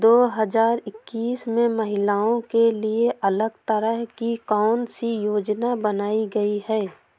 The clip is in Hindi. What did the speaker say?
दो हजार इक्कीस में महिलाओं के लिए अलग तरह की कौन सी योजना बनाई गई है?